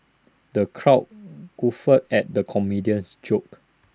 the crowd guffawed at the comedian's jokes